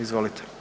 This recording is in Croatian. Izvolite.